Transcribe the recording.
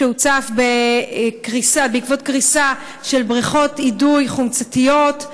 שהוצף בעקבות קריסה של בריכות אידוי חומצתיות,